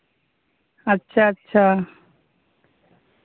ᱟᱪᱪᱷᱟ ᱟᱪᱪᱷᱟ